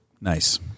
Nice